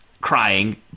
crying